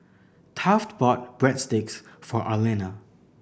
Taft bought Breadsticks for Arlena